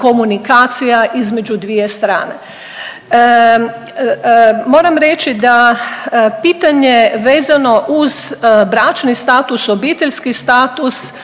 komunikacija između dvije strane. Moram reći da pitanje vezano uz bračni status, obiteljski status,